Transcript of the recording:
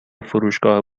فروشگاه